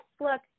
look